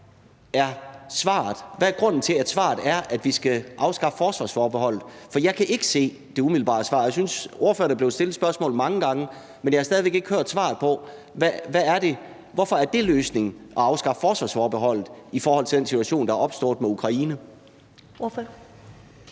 Hvad er grunden til, at svaret er, at vi skal afskaffe forsvarsforbeholdet? For jeg kan ikke se det umiddelbare svar. Jeg synes, at ordføreren er blevet stillet spørgsmålet mange gange, men jeg har stadig væk ikke hørt svaret på, hvorfor det er løsningen at afskaffe forsvarsforbeholdet i forhold til den situation, der er opstået med Ukraine. Kl.